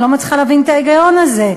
אני לא מצליחה להבין את ההיגיון הזה.